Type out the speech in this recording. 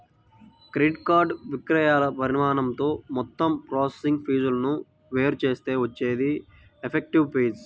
credit card విక్రయాల పరిమాణంతో మొత్తం ప్రాసెసింగ్ ఫీజులను వేరు చేస్తే వచ్చేదే ఎఫెక్టివ్ ఫీజు